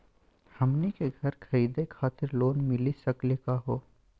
हमनी के घर खरीदै खातिर लोन मिली सकली का हो?